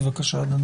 בבקשה.